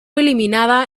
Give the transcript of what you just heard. eliminada